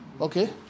Okay